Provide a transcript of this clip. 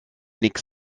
nix